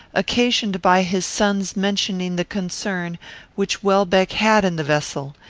occasioned by his son's mentioning the concern which welbeck had in the vessel.